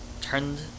turned